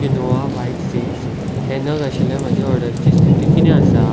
quinoa white seeds हे नग आशिल्ले म्हजे ऑर्डरीची स्थिती कितें आसा